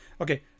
Okay